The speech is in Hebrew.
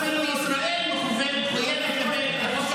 אפילו ישראל מחויבת כלפי